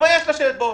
לשבת באוהל.